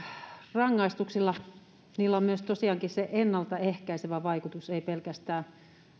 rangaistuksilla on myös tosiaankin se ennalta ehkäisevä vaikutus ei pelkästään